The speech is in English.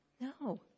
No